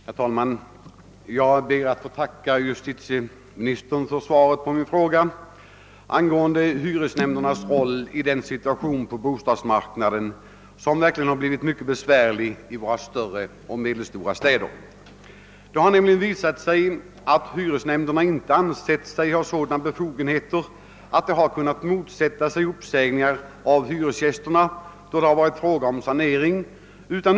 Herr talman! Jag ber att få tacka justitieministern för svaret på min fråga angående hyresnämndernas roll på bostadsmarknaden i en situation som verkligen blivit mycket besvärlig i våra större och medelstora städer. Det har nämligen visat sig att hyresnämnderna inte har ansett sig ha sådana befogenheter, att de kunnat motsätta sig uppsägningar av hyresgästerna då det varit fråga om sanering.